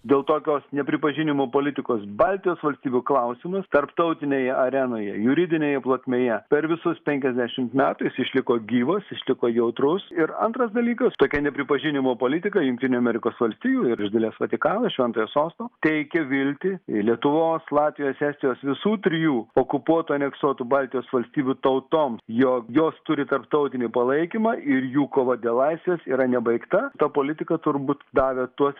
dėl tokios nepripažinimo politikos baltijos valstybių klausimas tarptautinėje arenoje juridinėje plotmėje per visus penkiasdešimt metų jis išliko gyvas išliko jautrus ir antras dalykas tokia nepripažinimo politika jungtinių amerikos valstijų ir iš dalies vatikano šventojo sosto teikia viltį lietuvos latvijos estijos visų trijų okupuotų aneksuotų baltijos valstybių tautom jog jos turi tarptautinį palaikymą ir jų kova dėl laisvės yra nebaigta ta politika turbūt davė tuos